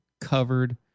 covered